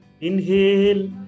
Inhale